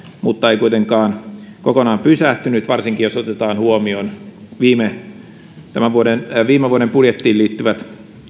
mutta ei kuitenkaan kokonaan pysähtynyt varsinkin jos otetaan huomioon viime vuoden budjettiin liittyvät